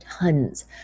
tons